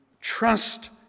trust